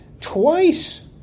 Twice